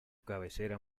cabecera